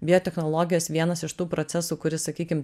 biotechnologijos vienas iš tų procesų kuris sakykim